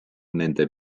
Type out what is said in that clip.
nende